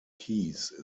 keys